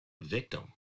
victim